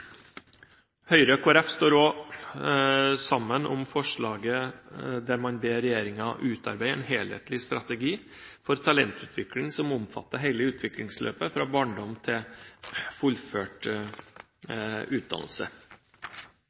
Høyre og Kristelig Folkeparti står også sammen om forslaget der man ber regjeringen utarbeide en helhetlig strategi for talentutvikling som omfatter hele utviklingsløpet fra barndom til fullført utdannelse.